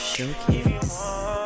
Showcase